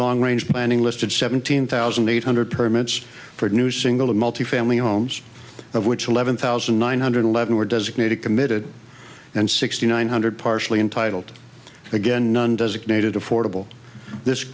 long range planning listed seventeen thousand eight hundred permits for new single multi family homes of which eleven thousand nine hundred eleven were designated committed and sixty nine hundred partially entitled again none designated affordable this